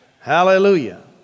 Hallelujah